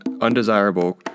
undesirable